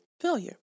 failure